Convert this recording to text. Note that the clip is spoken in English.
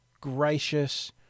gracious